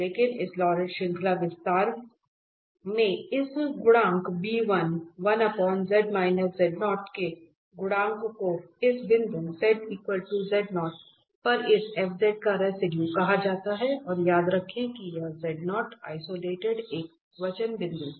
लेकिन इस लॉरेंट श्रृंखला विस्तार में इस गुणांक के गुणांक को इस बिंदु पर इस f का रेसिडुए कहा जाता है और याद रखें कि यह आइसोलेटेड एकवचन बिंदु है